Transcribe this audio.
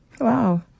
Wow